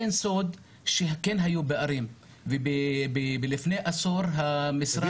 אין זה סוד שכן היו פערים ולפני עשור המשרד יצא